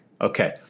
Okay